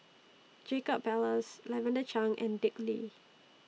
Jacob Ballas Lavender Chang and Dick Lee